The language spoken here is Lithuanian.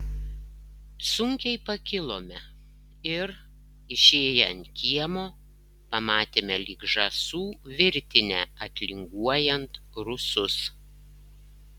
sunkiai pakilome ir išėję ant kiemo pamatėme lyg žąsų virtinę atlinguojant rusus